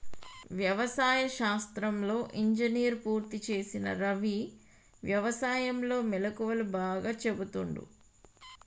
వ్యవసాయ శాస్త్రంలో ఇంజనీర్ పూర్తి చేసిన రవి వ్యసాయం లో మెళుకువలు బాగా చెపుతుండు